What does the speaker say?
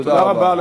תודה רבה.